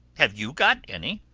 have you got any?